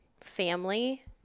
family